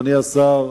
אדוני השר,